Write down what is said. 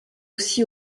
aussi